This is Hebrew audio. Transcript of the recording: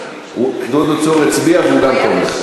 דודו צור הצביע וגם הוא תומך.